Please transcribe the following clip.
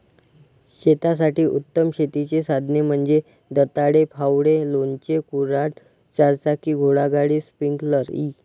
शेतासाठी उत्तम शेतीची साधने म्हणजे दंताळे, फावडे, लोणचे, कुऱ्हाड, चारचाकी घोडागाडी, स्प्रिंकलर इ